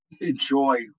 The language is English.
enjoy